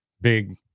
big